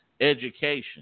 education